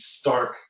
stark